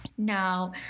Now